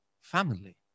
family